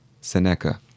Seneca